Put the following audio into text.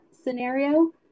scenario